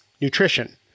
nutrition